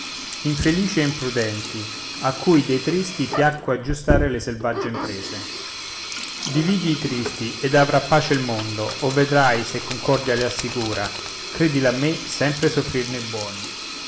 infelici e imprudenti a cui dei tristi piacque aggiustare le selvagge imprese dividi i tristi ed avrà pace il mondo o vedrai se concordia li assicura credilo a me sempre soffrirne i buoni